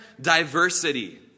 diversity